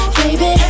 baby